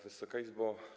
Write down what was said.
Wysoka Izbo!